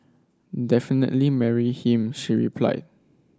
definitely marry him she replied